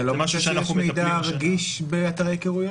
אתה לא חושב שיש מידע רגיש באתרי היכרויות?